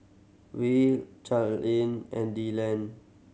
will Charlene and